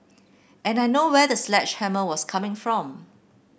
and I know where the sledgehammer was coming from